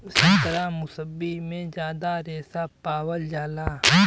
संतरा मुसब्बी में जादा रेशा पावल जाला